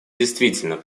действительно